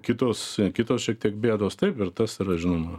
kitos kitos šiek tiek bėdos taip ir tas yra žinoma